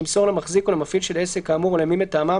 ימסור למחזיק או למפעיל של עסק כאמור או למי מטעמם,